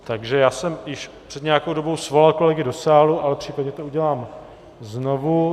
Takže já jsem již před nějakou dobou svolal kolegy do sálu, ale případně to udělám znovu.